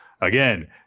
again